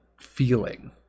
feeling